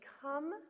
come